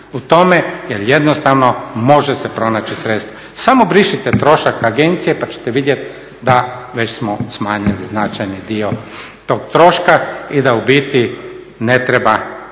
u tome jer jednostavno može se pronaći sredstva. Samo brišite trošak agencije pa ćete vidjeti da već smo smanjili značajni dio tog troška i da u biti ne treba